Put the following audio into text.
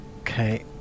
okay